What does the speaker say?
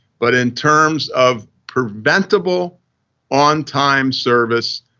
but in terms of preventable on time service,